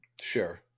Sure